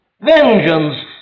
Vengeance